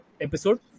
episode